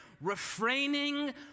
refraining